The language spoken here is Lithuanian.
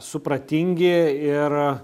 supratingi ir